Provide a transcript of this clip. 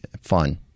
fun